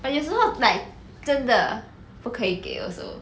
but it's not like 真的不可以给 also